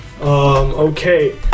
Okay